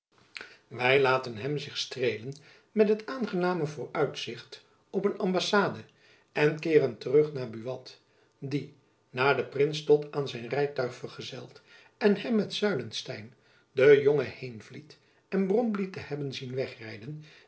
wy laten hem zich streelen met het aangename vooruitzicht op een ambassade en keeren terug naar buat die na den prins tot aan zijn rijtuig vergezeld en hem met zuylestein den jongen heenvliet en bromley te hebben zien wegrijden